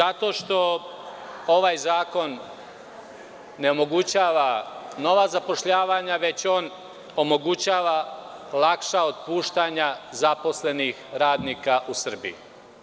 Zato što ovaj zakon ne omogućava nova zapošljavanja već on omogućava lakša otpuštanja zaposlenih radnika u Srbiji.